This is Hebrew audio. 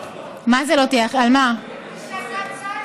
מה זה "לא תהיה"?